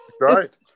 Right